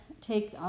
take